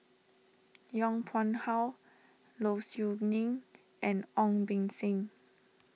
Yong Pung How Low Siew Nghee and Ong Beng Seng